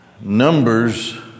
Numbers